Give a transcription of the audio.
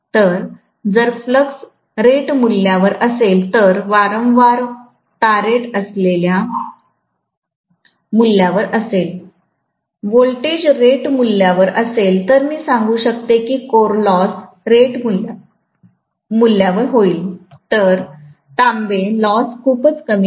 तर जर फ्लक्स रेटमूल्यावर असेल तर वारंवार तारेट केलेल्या मूल्यावर असेल व्होल्टेज रेटमूल्यावर असेल तर मी सांगू शकते की कोर लॉस रेटमूल्यावर होईल तर तांबे लॉस खूपच कमी आहेत